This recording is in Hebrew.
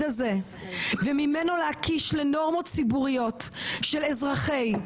הזה וממנו להקיש לנורמות ציבוריות של אזרחי,